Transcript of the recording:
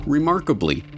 Remarkably